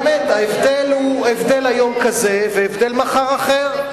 ההבדל היום הוא כזה, ומחר הבדל אחר.